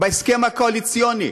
זה בהסכם הקואליציוני.